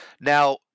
now